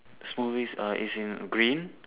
smoothies err it's in green